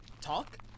Talk